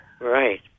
Right